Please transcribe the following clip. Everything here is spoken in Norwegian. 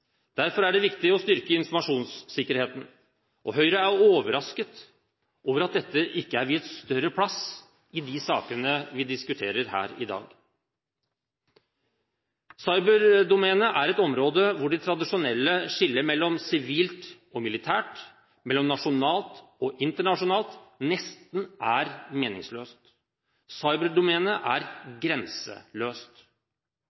Derfor er det viktig å styrke informasjonssikkerheten. Høyre er overrasket over at dette ikke er viet større plass i de sakene vi diskuterer her i dag. Cyberdomenet er et område hvor det tradisjonelle skillet mellom sivilt og militært – mellom nasjonalt og internasjonalt – nesten er meningsløst. Cyberdomenet